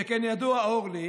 שכן ידוע, אורלי,